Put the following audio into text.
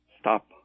stop